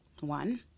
one